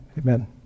amen